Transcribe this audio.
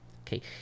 Okay